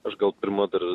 aš gal pirma dar